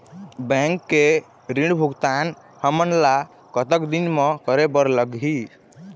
Bank के ऋण भुगतान हमन ला कतक दिन म करे बर लगही?